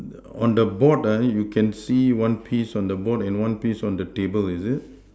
on the board ah you can see one piece on the board and one piece on the table is it